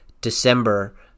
December